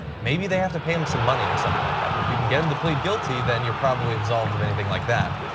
maybe they have to pay him some money or something like that. but if you can get him to plead guilty you are probably absorbed of anything like that.